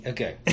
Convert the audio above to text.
Okay